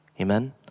Amen